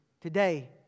Today